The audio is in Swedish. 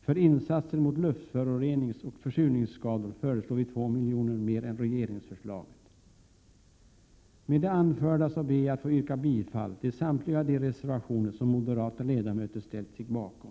För insatser mot luftföroreningsoch försurningsskador föreslår vi 2 milj.kr. mer än regeringsförslaget. Med det anförda ber jag att få yrka bifall till samtliga de reservationer som moderata ledamöter ställt sig bakom.